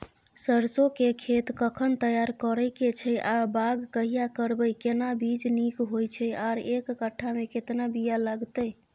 सरसो के खेत कखन तैयार करै के छै आ बाग कहिया करबै, केना बीज नीक होय छै आर एक कट्ठा मे केतना बीया लागतै?